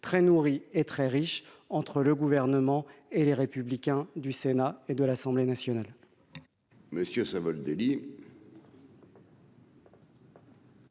très nourris et très riche, entre le gouvernement et les républicains du Sénat et de l'Assemblée nationale.